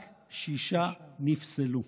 רק שישה נפסלו.